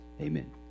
Amen